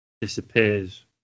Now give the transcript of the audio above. disappears